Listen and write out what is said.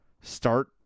start